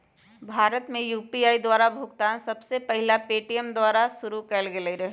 भारत में यू.पी.आई द्वारा भुगतान सबसे पहिल पेटीएमें द्वारा पशुरु कएल गेल रहै